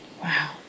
Wow